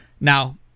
Now